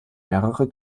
mehrere